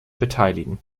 beteiligen